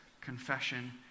confession